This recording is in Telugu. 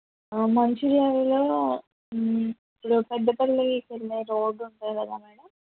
మంచిర్యాలలో ఇప్పుడు పెద్దపల్లికి వెళ్ళే రోడ్డు ఉంటుంది కదా మేడం